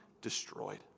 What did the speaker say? destroyed